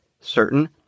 certain